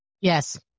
Yes